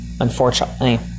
Unfortunately